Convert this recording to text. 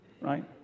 right